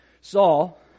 Saul